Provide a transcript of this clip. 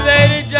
Lady